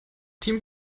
team